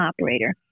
operator